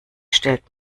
stellt